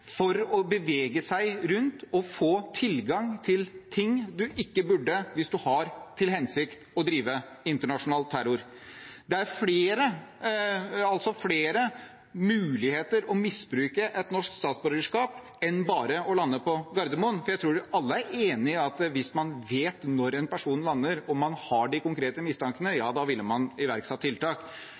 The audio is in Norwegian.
bevege seg rundt og få tilgang til ting man ikke burde hvis man har til hensikt å drive internasjonal terror. Det er flere muligheter for å misbruke et norsk statsborgerskap enn bare å lande på Gardermoen. Jeg tror alle er enig i at hvis man vet når en person lander og man har de konkrete mistankene, ville man iverksatt tiltak.